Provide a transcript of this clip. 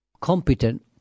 competent